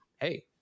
hey